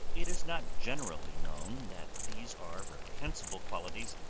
it is not generally known that these are reprehensible qualities,